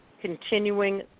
continuing